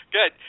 Good